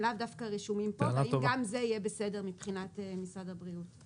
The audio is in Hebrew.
לאו דווקא רשומים כאן והאם גם זה יהיה בסדר מבחינת משרד הבריאות?